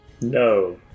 No